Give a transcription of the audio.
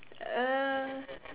uh